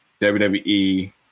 WWE